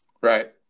Right